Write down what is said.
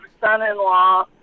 son-in-law